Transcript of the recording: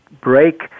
break